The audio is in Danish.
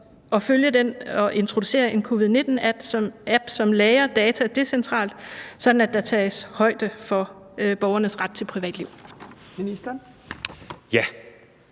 it-området og introducere en covid-19-app, der lagrer data decentralt, således at der tages højde for borgernes ret til privatliv?